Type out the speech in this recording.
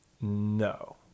No